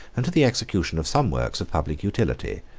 and to the execution of some works of public utility,